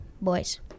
Boys